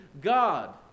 God